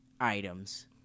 items